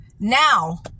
Now